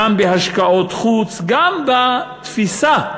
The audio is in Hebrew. גם בהשקעות חוץ, גם בתפיסה,